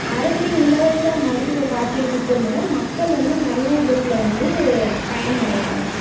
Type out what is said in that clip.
அரசின் இலவச மருத்துவ காப்பீடு திட்டம் மூலம் மக்கள் வந்து நிறைய விதத்தில் வந்து பயனடைகிறாங்க